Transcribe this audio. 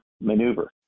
maneuver